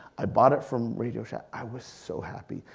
i bought it from radio shack. i was so happy.